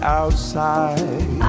outside